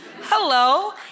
hello